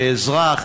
באזרח,